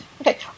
Okay